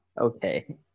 Okay